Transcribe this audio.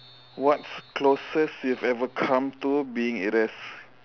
what's closest you've ever come to being arrest